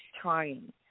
Trying